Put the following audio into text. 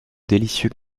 délicieux